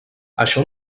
això